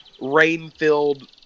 rain-filled